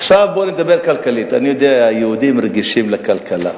עכשיו בוא נדבר כלכלית: אני יודע שהיהודים רגישים לכלכלה,